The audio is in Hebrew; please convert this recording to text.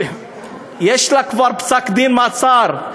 יש לה כבר פסק-דין מעצר.